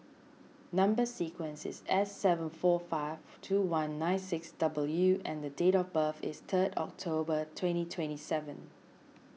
Number Sequence is S seven four five two one nine six W and date of birth is third October twenty twenty seven